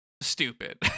stupid